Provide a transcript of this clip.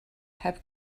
heb